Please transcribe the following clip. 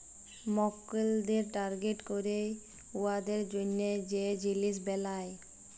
মক্কেলদের টার্গেট ক্যইরে উয়াদের জ্যনহে যে জিলিস বেলায়